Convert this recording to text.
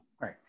Right